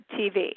TV